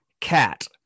cat